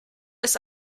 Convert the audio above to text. ist